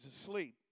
asleep